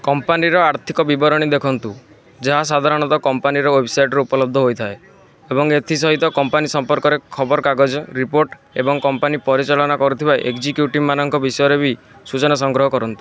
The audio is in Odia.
କମ୍ପାନୀର ଆର୍ଥିକ ବିବରଣୀ ଦେଖନ୍ତୁ ଯାହା ସାଧାରଣତଃ କମ୍ପାନୀର ୱେବ୍ସାଇଟ୍ରେ ଉପଲବ୍ଧ ହୋଇଥାଏ ଏବଂ ଏଥିସହିତ କମ୍ପାନୀ ସଂପର୍କରେ ଖବରକାଗଜ ରିପୋର୍ଟ ଏବଂ କମ୍ପାନୀ ପରିଚାଳନା କରୁଥିବା ଏକ୍ଜିକ୍ୟୁଟିଭ୍ମାନଙ୍କ ବିଷୟରେ ବି ସୂଚନା ସଂଗ୍ରହ କରନ୍ତୁ